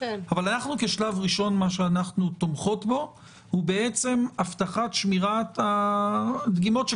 אבל בשלב ראשון אנחנו תומכות בהבטחת שמירת הדגימות,